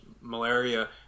malaria